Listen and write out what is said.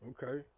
Okay